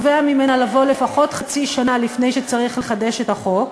תובע ממנה לבוא לפחות חצי שנה לפני שצריך לחדש את החוק,